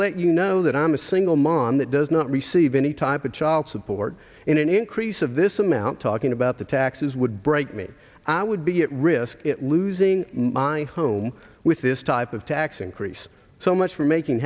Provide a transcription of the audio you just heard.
let you know that i'm a single mom that does not receive any type of child support in an increase of this amount talking about the taxes would break me i would be at risk losing my home with this type of tax increase so much for making